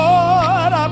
Lord